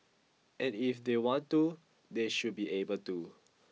and if they want to they should be able to